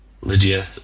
Lydia